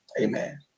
amen